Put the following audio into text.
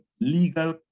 legal